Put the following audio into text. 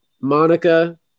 monica